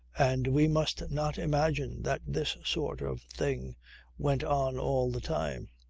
and we must not imagine that this sort of thing went on all the time.